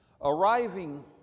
Arriving